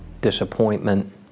Disappointment